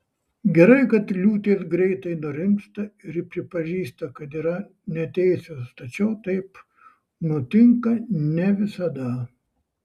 gerai kad liūtės greitai nurimsta ir pripažįsta kad yra neteisios tačiau taip nutinka ne visada